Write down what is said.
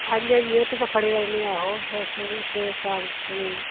ਹਾਂਜੀ ਹਾਂਜੀ ਉੱਥੇ ਤਾਂ ਖੜੇ ਰਹਿੰਦੇ ਹਾਂ ਉਹ ਹਾਂਜੀ ਹਾਂਜੀ